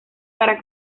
para